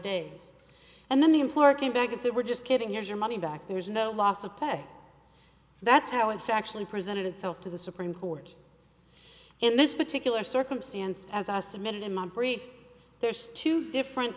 days and then the employer came back and said we're just kidding here's your money back there's no loss of play that's how it factually presented itself to the supreme court in this particular circumstance as i submitted in my brief there's two different